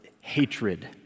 hatred